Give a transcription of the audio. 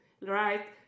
right